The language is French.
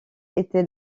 était